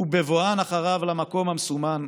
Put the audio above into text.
/ ובבואן אחריו למקום המסומן,